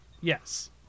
yes